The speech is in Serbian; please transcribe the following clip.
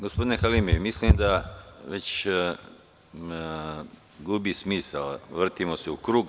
Gospodine Halimi, mislim da ovo već gubi smisao, vrtimo se u krug.